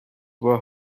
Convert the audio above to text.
were